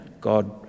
God